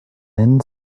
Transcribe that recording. then